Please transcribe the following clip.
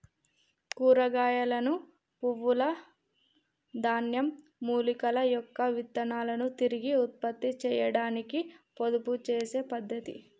కూరగాయలను, పువ్వుల, ధాన్యం, మూలికల యొక్క విత్తనాలను తిరిగి ఉత్పత్తి చేయాడానికి పొదుపు చేసే పద్ధతి